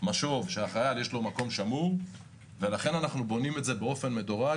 משוב שלחייל יש מקום שמור ולכן אנחנו בונים את זה באופן מדורג,